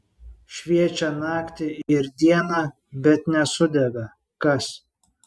šviečią naktį ir dieną bet nesudega kas